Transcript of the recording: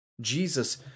Jesus